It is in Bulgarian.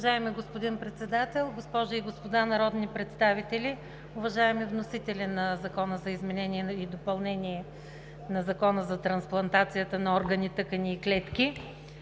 Уважаеми господин Председател, госпожи и господа народни представители! Уважаеми вносители на Закона за изменение и допълнение на Закона за трансплантацията на органи, тъкани и клетки!